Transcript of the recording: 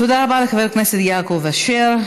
תודה רבה לחבר הכנסת יעקב אשר.